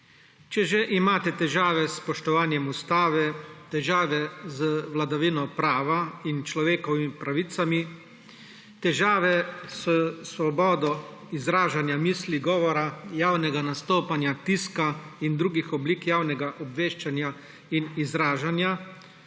Če že imate težave s spoštovanjem Ustave, težave z vladavino prava in človekovimi pravicami, težave s svobodo izražanja misli, govora, javnega nastopanja, tiska in drugih oblik javnega obveščanja in izražanja,